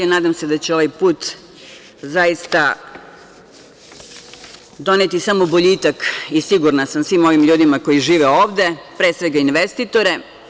Nadam se da će ovaj put zaista doneti samo boljitak, i sigurna sam svim ovim ljudima koji žive ovde, pre svega investitore.